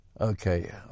Okay